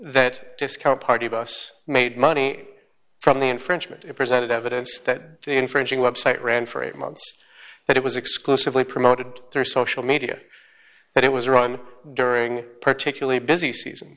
that discount party bus made money from the infringement if presented evidence that the infringing website ran for eight months that it was exclusively promoted through social media that it was run during particularly busy season